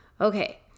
Okay